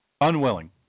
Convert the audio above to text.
Unwilling